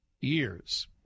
years